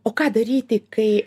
o ką daryti kai